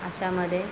अशामध्ये